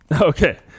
Okay